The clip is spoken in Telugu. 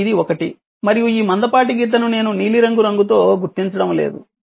మరియు ఇది 1 మరియు ఈ మందపాటి గీతను నేను నీలిరంగు రంగుతో గుర్తించడం లేదు